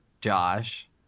Josh